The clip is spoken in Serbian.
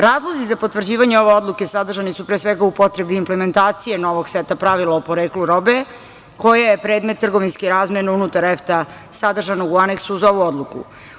Razlozi za potvrđivanje ove odluke sadržani su pre svega u potrebi implementacije novog seta pravila o poreklu robe koje je predmet trgovinske razmene unutar EFTA sadržane u aneksu za ovu odluku.